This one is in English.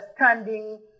understanding